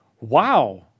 Wow